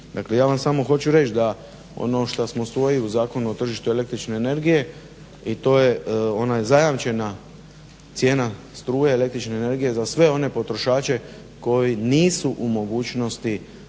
Dakle ja vam samo hoću reći da ono što smo usvojili u Zakonu o tržištu el.energije i to je ona zajamčena cijena struje el.energije za sve one potrošače koji nisu u mogućnosti